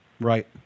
Right